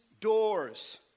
doors